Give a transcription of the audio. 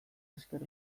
esker